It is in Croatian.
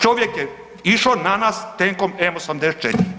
Čovjek je išao na nas tenkom M84.